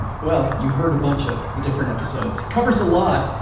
well you heard a bunch of the different episodes. he covers a lot,